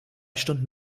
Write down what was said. stunden